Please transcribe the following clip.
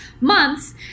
months